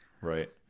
Right